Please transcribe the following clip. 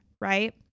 right